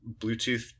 bluetooth